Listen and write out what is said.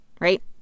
Right